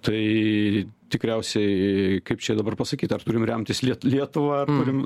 tai tikriausiai kaip čia dabar pasakyt ar turim remtis liet lietuva ar turim